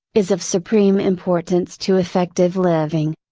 is of supreme importance to effective living.